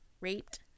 raped